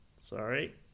Sorry